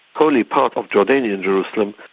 holy part of jordanian jerusalem,